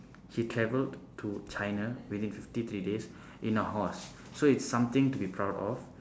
he traveled to china within fifty three days in a horse so it's something to be proud of